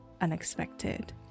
unexpected